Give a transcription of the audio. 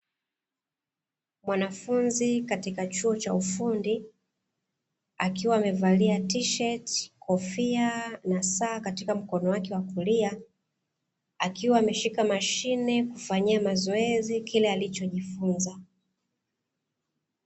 Mwanafunzi katika chuo cha ufundi akiwa amevalia tisheti, kofia na saa katika mkono wake wa kulia akiwa ameshika mashine kufanyia mazoezi kile alichojifunza.